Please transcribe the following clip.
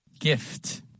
Gift